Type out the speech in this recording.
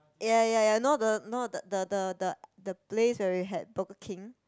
ya ya ya no the no the the the the place where we had Burger King